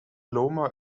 loma